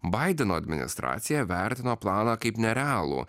baideno administracija vertino planą kaip nerealų